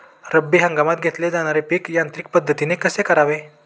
रब्बी हंगामात घेतले जाणारे पीक यांत्रिक पद्धतीने कसे करावे?